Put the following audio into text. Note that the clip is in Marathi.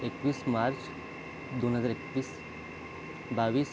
एकवीस मार्च दोन हजार एकवीस बावीस